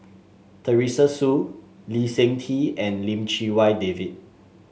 Teresa Hsu Lee Seng Tee and Lim Chee Wai David